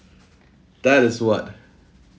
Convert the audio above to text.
that is what